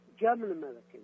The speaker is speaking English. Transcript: German-Americans